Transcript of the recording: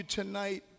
tonight